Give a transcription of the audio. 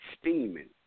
steaming